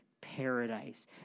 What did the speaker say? paradise